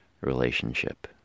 relationship